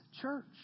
church